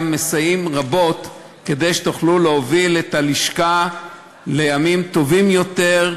גם מסייעים רבות כדי שתוכלו להוביל את הלשכה לימים טובים יותר,